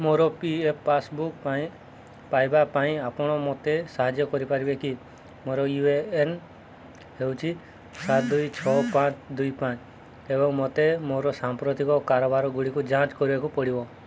ମୋର P F passbook ପାଇଁ ପାଇବା ପାଇଁ ଆପଣ ମୋତେ ସାହାଯ୍ୟ କରିପାରିବେ କି ମୋର ୟୁ ଏ ଏନ୍ ହେଉଛି ସାତ ଦୁଇ ଛଅ ପାଞ୍ଚ ଦୁଇ ପାଞ୍ଚ ଏବଂ ମୋତେ ମୋର ସାମ୍ପ୍ରତିକ କାରବାରଗୁଡ଼ିକୁ ଯାଞ୍ଚ କରିବାକୁ ପଡ଼ିବ